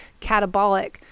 catabolic